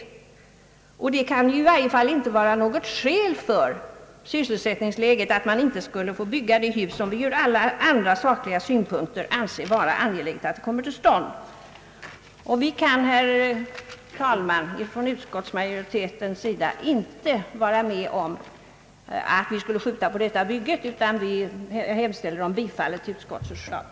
Och sysselsättningsläget kan ju i varje fall inte vara något skäl för att man inte skulle få bygga det hus, som man ur alla andra sakliga synpunkter anser angeläget att det kommer till stånd. Utskottsmajoriteten kan, herr talman, inte vara med om att vi skulle uppskjuta detta bygge, utan vi hemställer om bifall till utskottets förslag.